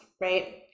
right